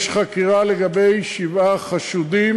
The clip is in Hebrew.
יש חקירה לגבי שבעה חשודים.